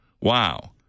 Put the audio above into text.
Wow